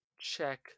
check